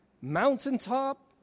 Mountaintop